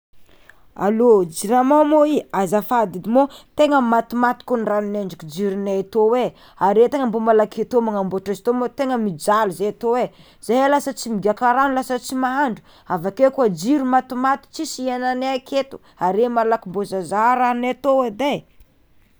Allô, jirama mô i? Azafady edy moa tegna matimaty kô ny ranonay ndraiky jironay tô e are tegna mbô malaky atô mba magnamboatra izy tô mô tegna mijaly zay tô zay lasa tsy migiaka rano lasa tsy mahandro, avakeo koa jiro matimaty tsisy hiaignanay aketo are malaky mba zahazaha ranonay atô edy e.